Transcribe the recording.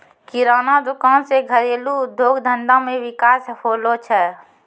किराना दुकान से घरेलू उद्योग धंधा मे विकास होलो छै